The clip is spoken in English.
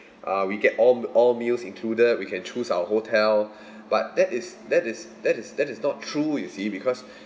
uh we get all all meals included we can choose our hotel but that is that is that is that is not true you see because